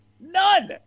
None